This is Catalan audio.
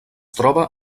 troba